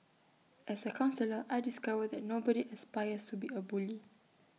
as A counsellor I discovered that nobody aspires to be A bully